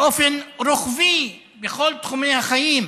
באופן רוחבי בכל תחומי החיים,